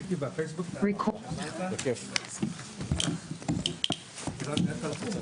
הישיבה ננעלה בשעה 09:55.